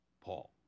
Paul